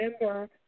remember